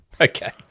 Okay